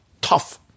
tough